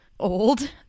old